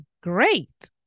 Great